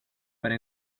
para